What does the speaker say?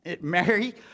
Mary